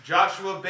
Joshua